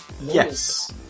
Yes